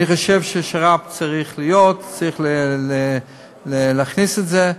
אני חושב ששר"פ צריך להיות, צריך להכניס את זה.